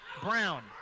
Brown